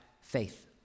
faith